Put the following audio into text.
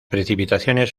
precipitaciones